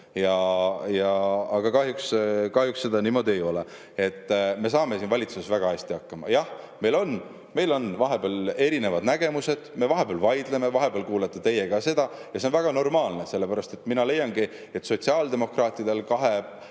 aga kahjuks see niimoodi ei ole. Me saame siin valitsuses väga hästi hakkama. Jah, meil on vahepeal erinevad nägemused, me vahepeal vaidleme, vahepeal kuulete teie ka seda, ja see on väga normaalne. Mina leiangi, et sotsiaaldemokraatidel kahe